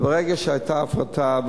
וברגע שהיתה הפרטה,